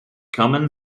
common